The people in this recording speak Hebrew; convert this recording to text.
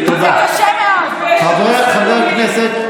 תלמדי, בבקשה, חברת הכנסת דיסטל.